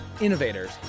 innovators